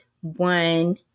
one